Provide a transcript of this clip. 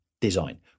design